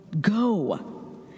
go